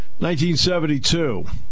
1972